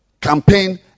campaign